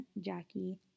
Jackie